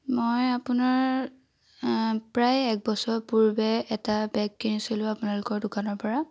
মই আপোনাৰ প্ৰায় এক বছৰৰ পূৰ্বে এটা বেগ কিনিছিলোঁ আপোনালোকৰ দোকানৰ পৰা